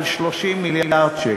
על 30 מיליארד שקל.